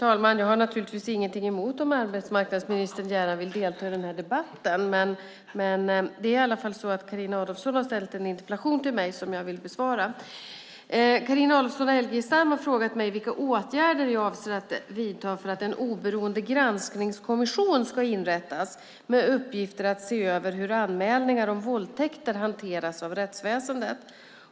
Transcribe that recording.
Fru talman! Carina Adolfsson Elgestam har frågat mig vilka åtgärder jag avser att vidta för att en oberoende granskningskommission ska inrättas med uppgift att se över hur anmälningar om våldtäkter hanteras av rättsväsendet.